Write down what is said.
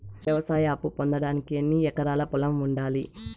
వ్యవసాయ అప్పు పొందడానికి ఎన్ని ఎకరాల పొలం ఉండాలి?